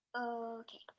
Okay